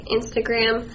Instagram